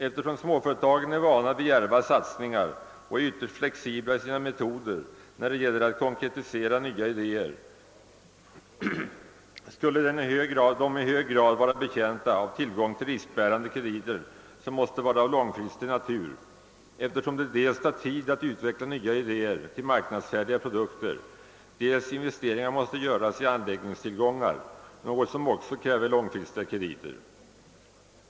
Eftersom småföretagen är vana vid djärva satsningar och är ytterst flexibia i sina metoder när det gäller att konkretisera nya idéer, skulle de i hög grad vara betjänta av tillgång till riskbärande krediter, som måste vara av långfristig natur, då det dels tar tid att utveckla nya idéer till marknadsfärdiga produkter, dels är nödvändigt att göra investeringar i anläggningstillgångar — något som också kräver långfristiga krediter.